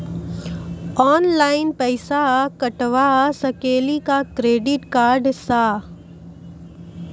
Online पैसा कटवा सकेली का क्रेडिट कार्ड सा?